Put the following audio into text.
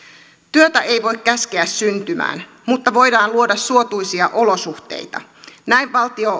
työtä ei voi käskeä syntymään mutta voidaan luoda suotuisia olosuhteita näin valtio